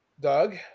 Doug